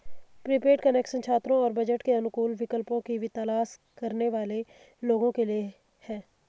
prepaid connection छात्रों और budget के अनुकूल विकल्पों की तलाश करने वाले लोगों के लिए है